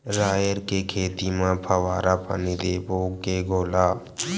राहेर के खेती म फवारा पानी देबो के घोला?